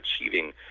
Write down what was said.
achieving